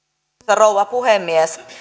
rouva puhemies